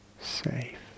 Safe